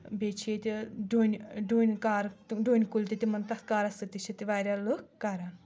بیٚیہِ چھِ ییٚتہِ ڈوٗنۍ ڈوٗنۍ کار ڈوٗنۍ کُلۍ تہِ تِمَن تَتھ کارَس سۭتۍ تہِ چھِ تہِ واریاہ لُکھ کَران